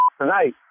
tonight